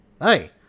Hey